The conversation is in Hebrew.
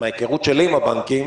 מההיכרות שלי עם הבנקים,